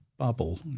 bubble